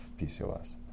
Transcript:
PCOS